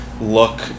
look